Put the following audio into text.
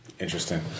Interesting